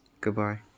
goodbye